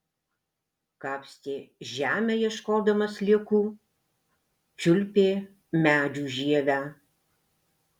kapstė žemę ieškodama sliekų čiulpė medžių žievę